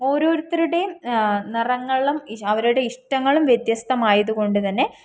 ഓരോരുത്തരുടെയും നിറങ്ങളും അവരുടെ ഇഷ്ടങ്ങളും വ്യത്യസ്തമായതുകൊണ്ടുതന്നെ